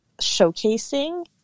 showcasing